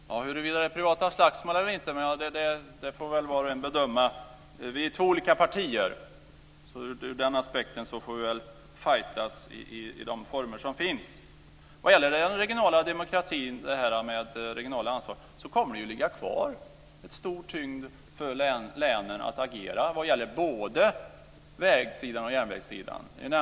Herr talman! Huruvida det är privata slagsmål eller inte får var och en bedöma. Vi är två olika partier, så ur den aspekten får vi väl fajtas i de former som finns. Vad gäller den regionala demokratin, regionalt ansvar, kommer det att ligga kvar en stor tyngd för länen att agera på både vägsidan och järnvägssidan.